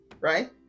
Right